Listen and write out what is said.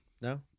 No